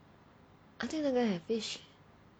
I think you are going to have fish